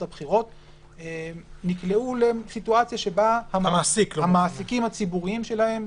הבחירות נקלעו לסיטואציה שבה המעסיקים הציבוריים שלהם,